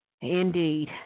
Indeed